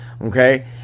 okay